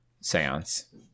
Seance